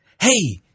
Hey